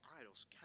idols